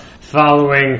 following